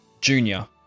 Junior